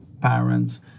parents